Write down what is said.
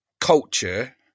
culture